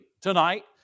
tonight